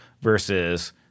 versus